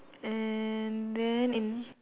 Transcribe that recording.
and then